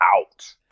out